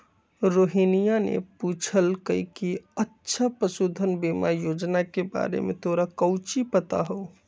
रोहिनीया ने पूछल कई कि अच्छा पशुधन बीमा योजना के बारे में तोरा काउची पता हाउ?